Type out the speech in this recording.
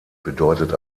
bedeutet